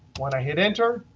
when i hit enter,